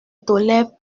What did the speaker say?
tolèrent